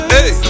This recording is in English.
Hey